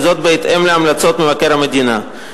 וזאת בהתאם להמלצות מבקר המדינה.